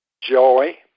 joy